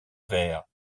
vers